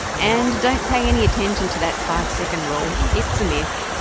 and don't pay any attention to that five-second rule, it's a myth.